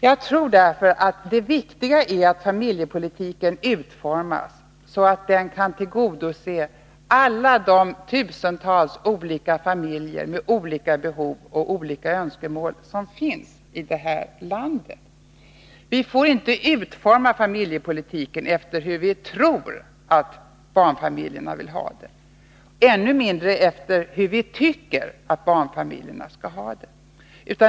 Jag tror därför att det viktiga är att familjepolitiken utformas så, att den kan tillfredsställa alla de tusentals olika familjer med olika behov och olika önskemål som finns i det här landet. Vi får inte utforma familjepolitiken efter hur vi tror att barnfamiljerna vill ha det, ännu mindre efter hur vi tycker att barnfamiljerna skall ha det.